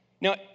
Now